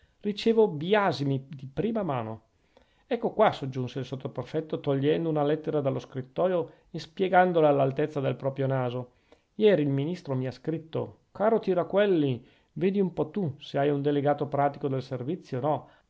ricevo biasimi in prima mano ecco qua soggiunse il sottoprefetto togliendo una lettera dallo scrittoio e spiegandola all'altezza del proprio naso ieri il ministro mi ha scritto caro tiraquelli vedi un po tu se hai un delegato pratico del servizio o no